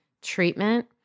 treatment